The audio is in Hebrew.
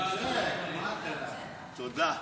תודה.